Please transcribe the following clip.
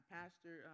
Pastor